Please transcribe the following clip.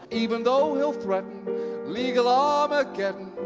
even though he'll threaten legal um ah